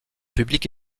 public